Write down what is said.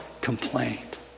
complaint